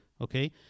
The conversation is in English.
okay